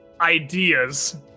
ideas